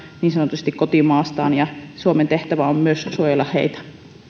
niin sanotusta kotimaastaan ja suomen tehtävä on suojella myös heitä